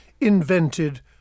invented